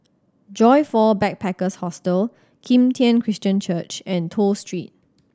Joyfor Backpackers' Hostel Kim Tian Christian Church and Toh Street